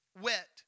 wet